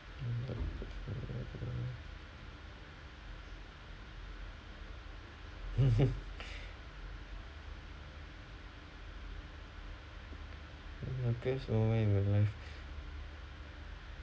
the happiest moment in my life